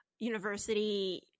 university